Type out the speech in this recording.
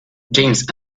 james